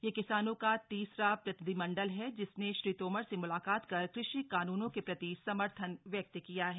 यह किसानों का तीसरा प्रतिनिधिमंडल है जिसने श्री तोमर से मुलाकात कर कृषि कानूनों के प्रति समर्थन व्यक्त किया है